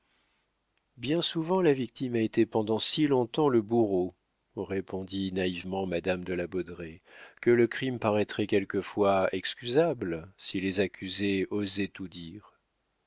bien souvent la victime a été pendant si long-temps le bourreau répondit naïvement madame de la baudraye que le crime paraîtrait quelquefois excusable si les accusés osaient tout dire